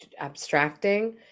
abstracting